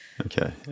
Okay